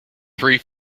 thee